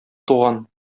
туган